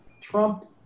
Trump